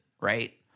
right